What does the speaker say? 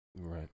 Right